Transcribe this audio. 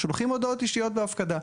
שולחים הודעות אישיות והפקדה.